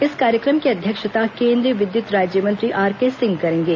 इस कार्यक्रम की अध्यक्षता केन्द्रीय विद्युत राज्य मंत्री आरके सिंह करेंगे